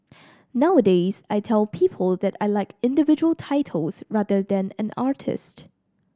nowadays I tell people that I like individual titles rather than an artist